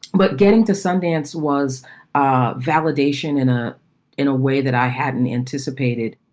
but getting to sundance was ah validation in a in a way that i hadn't anticipated.